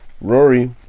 Rory